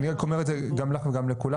אני רק אומר את זה גם לך וגם לכולם,